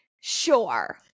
sure